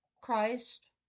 Christ